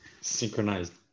synchronized